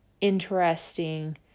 interesting